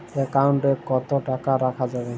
Account কত টাকা রাখা যাবে?